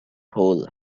hole